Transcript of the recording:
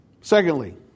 Secondly